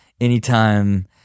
Anytime